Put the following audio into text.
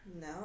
no